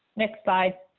next slide.